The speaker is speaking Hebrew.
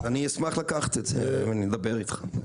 אז אני אשמח לקחת את זה, אני אדבר איתך.